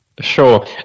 Sure